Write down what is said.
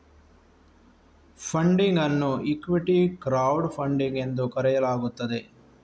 funding ಅನ್ನು equity crowd funding ಎಂದು ಕರೆಯಲಾಗುತ್ತದೆ